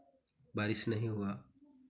बारिश नहीं हुआ